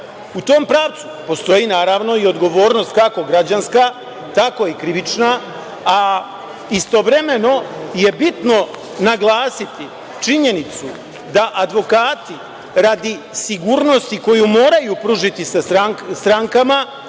tom pravcu postoji naravno i odgovornost kako građanska, tako i krivična, a istovremeno je bitno naglasiti činjenicu da advokati radi sigurnosti koju moraju pružiti sa strankama